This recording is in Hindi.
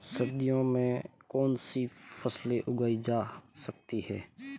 सर्दियों में कौनसी फसलें उगाई जा सकती हैं?